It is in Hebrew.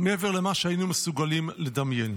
מעבר למה שהיינו מסוגלים לדמיין.